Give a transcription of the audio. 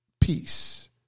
peace